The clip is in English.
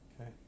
Okay